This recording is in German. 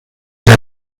der